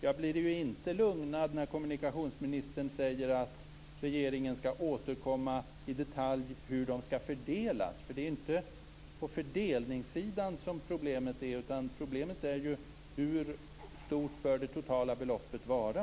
Jag blir inte lugnad när kommunikationsministern säger att regeringen skall återkomma till hur dessa pengar i detalj skall fördelas. Det är inte på fördelningssidan som problemet finns. Problemet är: Hur stort bör det totala beloppet vara?